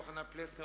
יוחנן פלסנר,